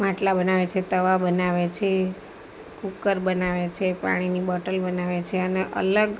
માટલા બનાવે છે તવા બનાવે છે કુકર બનાવે છે પાણીની બોટલ બનાવે છે અને અલગ